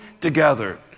together